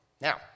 Now